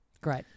Great